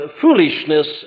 foolishness